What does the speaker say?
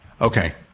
Okay